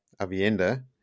Avienda